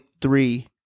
three